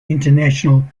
international